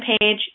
page